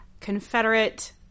Confederate